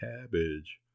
cabbage